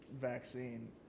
vaccine